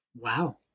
Wow